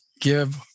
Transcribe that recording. give